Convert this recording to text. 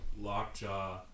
Lockjaw